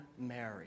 Mary